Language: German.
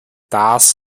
das